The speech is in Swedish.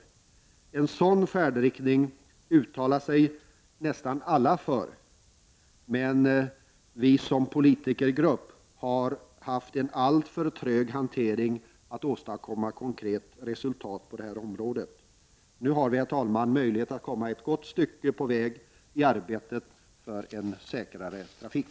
För en sådan färdriktning uttalar sig nästan alla, men vi har som politikergrupp haft en alltför trög hantering för att kunna åstadkomma konkret resultat på det här området. Nu har vi, herr talman, möjlighet att komma ett gott stycke på väg i arbetet för en säkrare trafik.